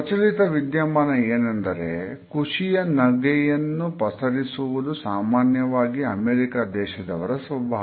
ಪ್ರಚಲಿತ ವಿದ್ಯಮಾನ ಏನೆಂದರೆ ಖುಷಿಯ ನಗೆಯನ್ನು ಪಸರಿಸುವುದು ಸಾಮಾನ್ಯವಾಗಿ ಅಮೇರಿಕ ದೇಶದವರ ಸ್ವಭಾವ